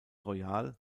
royal